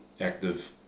active